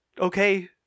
okay